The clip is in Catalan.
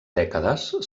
dècades